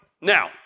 Now